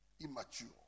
immature